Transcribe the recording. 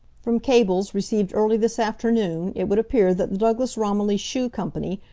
from cables received early this afternoon, it would appear that the douglas romilly shoe company,